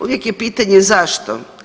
Uvijek je pitanje zašto.